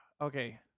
Okay